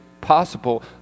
possible